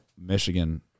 Michigan